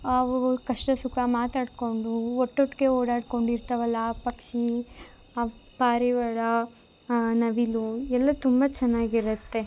ಅವುವು ಕಷ್ಟ ಸುಖ ಮಾತಾಡ್ಕೊಂಡು ಒಟ್ಟೊಟ್ಗೆ ಓಡಾಡ್ಕೊಂಡು ಇರ್ತಾವಲ್ಲಾ ಆ ಪಕ್ಷಿ ಆ ಪಾರಿವಾಳ ಆ ನವಿಲು ಎಲ್ಲ ತುಂಬ ಚೆನ್ನಾಗಿರತ್ತೆ